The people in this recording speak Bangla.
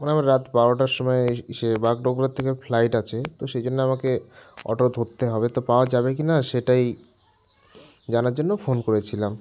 মানে আমার রাত বারোটার সময় ইয়ে বাগডোগরার থেকে ফ্লাইট আছে তো সেই জন্য আমাকে অটো ধরতে হবে তো পাওয়া যাবে কি না সেটাই জানার জন্য ফোন করেছিলাম